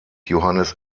johannes